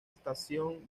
estación